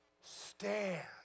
Stand